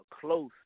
close